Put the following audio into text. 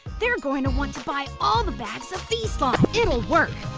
they're going to want to buy all the bags of veeslime. it'll work.